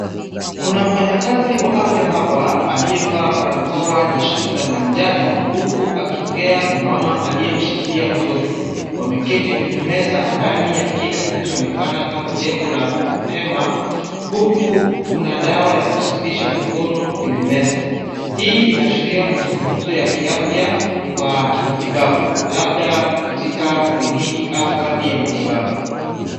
Kuna mfanyakazi wa afya hapa, aliyevaa barakoa na shati la manjano, huku akiongea na mama aliyemshikilia mtoto. Wameketi kwenye meza ndani ya kile kinachoonekana kama jengo la hema, huku kuna dawa ya kusafisha mikono kwenye meza. Hii inaashiria mazungumzo ya kiafya wa kimatibabu, labda katika kliniki au kambi ya matibabu.